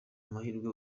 amahirwe